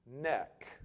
neck